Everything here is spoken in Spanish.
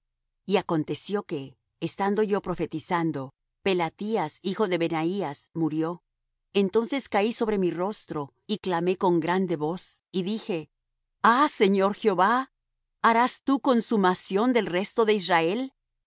y aconteció que estando yo profetizando pelatías hijo de benaías murió entonces caí sobre mi rostro y clamé con grande voz y dije ah señor jehová harás tú consumación del resto de israel